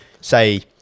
Say